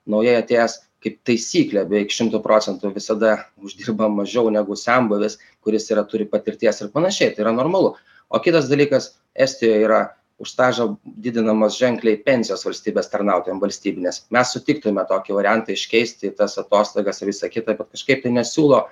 naujai atėjęs kaip taisyklė beveik šimtu procentų visada uždirba mažiau negu senbuvis kuris yra turi patirties ir panašiai tai yra normalu o kitas dalykas estijoj yra už stažą didinamos ženkliai pensijos valstybės tarnautojam valstybinės mes sutiktume tokį variantą iškeisti į tas atostogas ir visa kita bet kažkaip tai nesiūlo